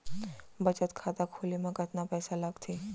बचत खाता खोले मा कतका पइसा लागथे?